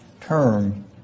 term